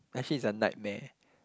actually it's a nightmare